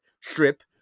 strip